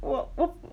我我